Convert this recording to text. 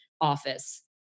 office